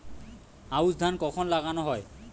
আউশ ধান কখন লাগানো হয়?